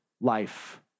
life